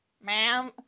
ma'am